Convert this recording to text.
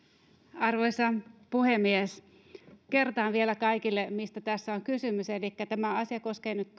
arvoisa puhemies kertaan vielä kaikille mistä tässä on kysymys elikkä tämä asia koskee nyt